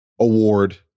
Award